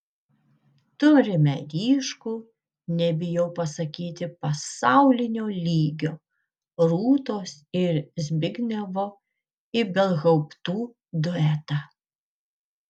turime ryškų nebijau pasakyti pasaulinio lygio rūtos ir zbignevo ibelhauptų duetą